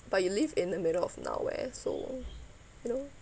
but you live in the middle of now where so you know